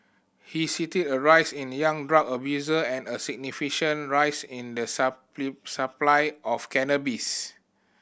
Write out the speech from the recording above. he cited a rise in young drug abuser and a significant rise in the supply of cannabis